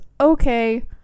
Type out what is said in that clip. okay